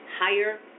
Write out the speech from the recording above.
Higher